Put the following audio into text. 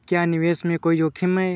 क्या निवेश में कोई जोखिम है?